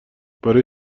برای